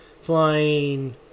Flying